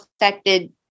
affected